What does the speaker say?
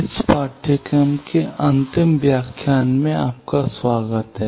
इस पाठ्यक्रम के अंतिम व्याख्यान में आपका स्वागत है